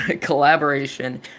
collaboration